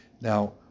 Now